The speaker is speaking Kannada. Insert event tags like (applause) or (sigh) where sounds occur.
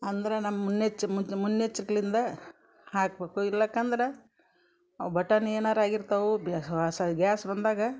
ಅಂದ್ರೆ ನಮ್ಮ ಮುನ್ನೆಚ್ ಮುಜ್ ಮುನ್ನೆಚರ್ಕಿಂದ ಹಾಕಬೇಕು ಇಲ್ಲ ಯಾಕಂದ್ರೆ ಅವು ಬಟನ್ ಏನಾರೂ ಆಗಿರ್ತವೆ (unintelligible) ಗ್ಯಾಸ್ ಬಂದಾಗ